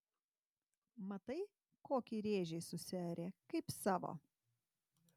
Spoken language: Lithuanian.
matai kokį rėžį susiarė kaip savo